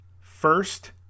first